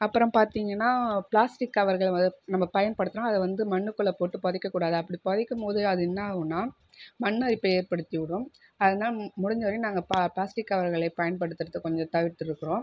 அப்புறம் பார்த்திங்கன்னா பிளாஸ்டிக் கவர்களை வந் நம்ம பயன்படுத்தினா அதை வந்து மண்ணுக்குள்ளே போட்டு புதைக்கக்கூடாது அப்படி புதைக்கும் போது அது என்னாகுன்னா மண்ணரிப்பை ஏற்படுத்திவிடும் அதனால் மு முடிஞ்ச வரையும் நாங்கள் ப பிளாஸ்டிக் கவர்களை பயன்படுத்துகிறது கொஞ்சம் தவிர்த்துருக்குறோம்